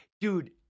Dude